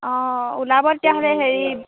অঁ ওলাব তেতিয়াহ'লে হেৰি